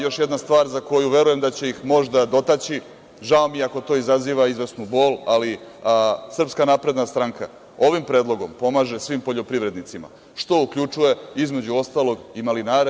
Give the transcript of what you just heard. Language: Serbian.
Još jedna stvar za koju verujem da će ih, možda, dotaći, žao mi je ako to izaziva izvesnu bol, ali SNS ovim predlogom pomaže svim poljoprivrednici, što uključuje između ostalog i malinare.